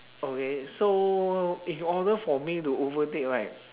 okay so in order for me to overtake right